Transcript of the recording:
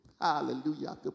Hallelujah